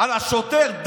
על השוטר?